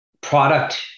product